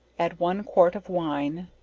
add one quart of wine,